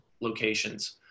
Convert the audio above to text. locations